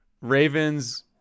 Ravens